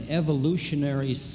evolutionary